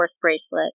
bracelet